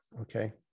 okay